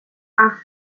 acht